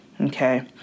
Okay